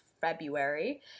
February